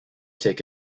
take